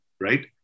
right